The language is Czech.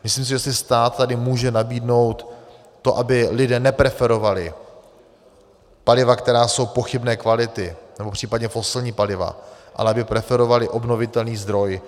Myslím, že stát tady může nabídnout to, aby lidé nepreferovali paliva, která jsou pochybné kvality, nebo případně fosilní paliva, ale aby preferovali obnovitelný zdroj.